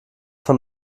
von